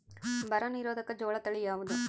ಬರ ನಿರೋಧಕ ಜೋಳ ತಳಿ ಯಾವುದು?